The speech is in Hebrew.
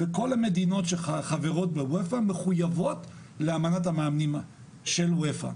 וכל המדינות שחברות באופ"א מחויבות לאמנת המאמנים של אופ"א.